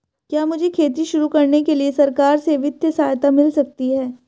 क्या मुझे खेती शुरू करने के लिए सरकार से वित्तीय सहायता मिल सकती है?